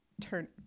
turn